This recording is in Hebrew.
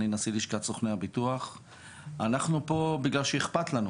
אני נשיא לשכת סוכני הביטוח ואנחנו פה היום בגלל שאיכפת לנו,